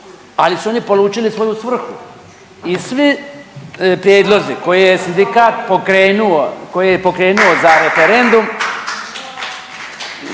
ali su oni polučili svoju svrhu i svi prijedlozi koje je sindikat pokrenuo, koje